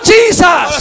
Jesus